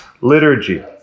liturgy